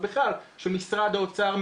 ובכלל של משרד האוצר,